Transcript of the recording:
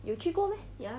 有去过 meh